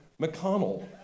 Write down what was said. McConnell